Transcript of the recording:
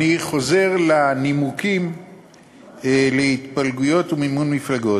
אני חוזר לנימוקים לגבי התפלגויות ומימון מפלגות.